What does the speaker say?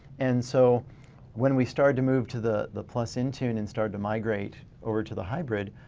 and so when we started to move to the the plus intune and started to migrate over to the hybrid.